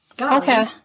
okay